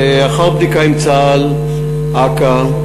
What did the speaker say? לאחר בדיקה עם צה"ל, אכ"א,